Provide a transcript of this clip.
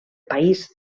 país